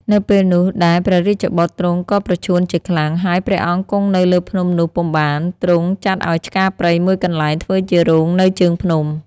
នៅពេលនោះដែលព្រះរាជបុត្រទ្រង់ក៏ប្រឈួនជាខ្លាំង ហើយព្រះអង្គគង់នៅលើភ្នំនោះពុំបាន ទ្រង់ចាត់ឲ្យឆ្ការព្រៃមួយកន្លែងធ្វើជារោងនៅជើងភ្នំ។